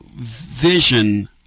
vision